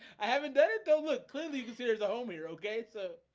haven't done it go. look clearly this. here's a home here. okay so